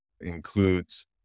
includes